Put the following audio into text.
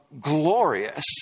glorious